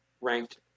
ranked